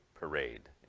parade